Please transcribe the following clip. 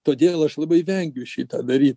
todėl aš labai vengiu šitą daryt